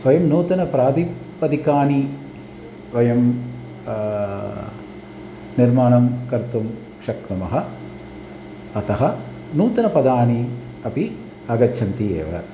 वयं नूतन प्रातिपदिकानि वयं निर्माणं कर्तुं शक्नुमः अतः नूतन पदानि अपि आगच्छन्ति एव